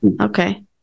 Okay